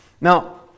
Now